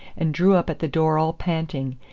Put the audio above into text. and drew up at the door all panting,